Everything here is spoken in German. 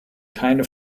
keine